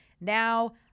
Now